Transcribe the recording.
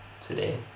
today